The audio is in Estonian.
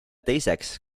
teiseks